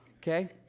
Okay